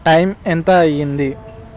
time ఎంత అయ్యింది